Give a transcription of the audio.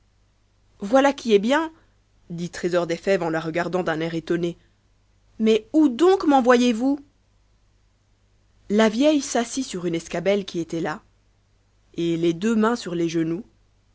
voilà qui est bien dit trésor des fèves on la regardant d'un air étonné mais où donc menvoyex vous la vieille s'assit sur une escabelle qui était là et les deux mains sur ses genoux